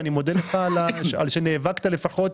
ואני מודה לך על שנאבקת לפחות,